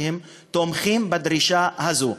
שתומכים בדרישה הזו.